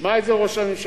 ישמע את זה ראש הממשלה,